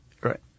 Right